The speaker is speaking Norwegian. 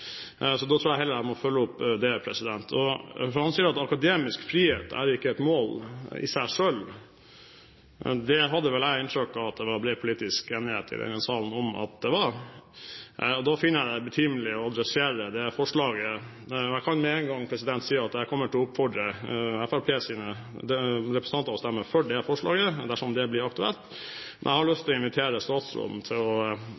så da tror jeg heller jeg må følge opp det. Han sier at akademisk frihet ikke er et mål i seg selv. Det hadde vel jeg inntrykk av at det er bred politisk enighet om i denne salen at det er. Da finner jeg det betimelig å adressere det forslaget. Jeg kan med en gang si at jeg kommer til å oppfordre Fremskrittspartiets representanter til å stemme for det forslaget dersom det blir aktuelt. Men jeg har lyst til å